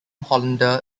hollander